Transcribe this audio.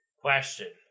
Question